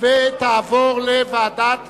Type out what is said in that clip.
ותועבר לוועדת